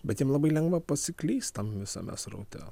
bet jiem labai lengva pasiklyst tam visame sraute